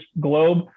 globe